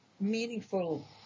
meaningful